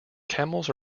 camels